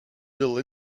little